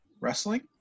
wrestling